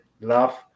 love